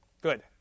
good